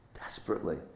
desperately